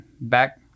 back